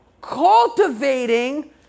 cultivating